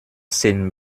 zehn